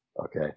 okay